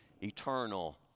eternal